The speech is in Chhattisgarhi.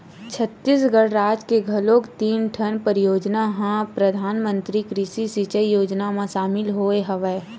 छत्तीसगढ़ राज के घलोक तीन ठन परियोजना ह परधानमंतरी कृषि सिंचई योजना म सामिल होय हवय